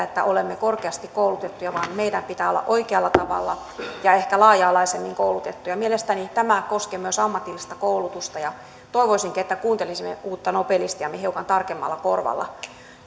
että olemme korkeasti koulutettuja vaan meidän pitää olla oikealla tavalla ja ehkä laaja alaisemmin koulutettuja mielestäni tämä koskee myös ammatillista koulutusta ja toivoisinkin että kuuntelisimme uutta nobelistiamme hiukan tarkemmalla korvalla